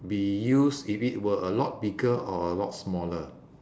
be used if it were a lot bigger or a lot smaller